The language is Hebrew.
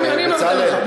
אני נותן לך.